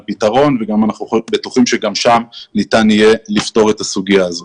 פתרון ואנחנו בטוחים שגם שם ניתן יהיה לפתור את הסוגיה הזאת.